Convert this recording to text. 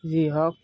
যি হওক